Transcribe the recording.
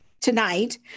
tonight